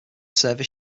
service